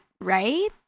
right